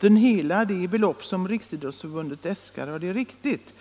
få hela det belopp som riksidrottsstyrelsen äskat. Det är riktigt.